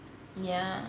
ya